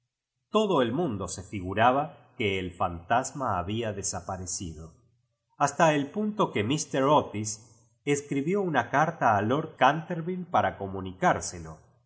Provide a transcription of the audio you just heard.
todo el mundo se figuraba que el fantasma había desaparecido hasta el punto que mis tar otís escribió una carta a lord canterville pora comunicárselo